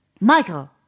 Michael